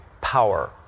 power